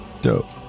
Dope